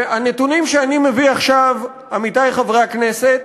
הנתונים שאני מביא עכשיו, עמיתי חברי הכנסת,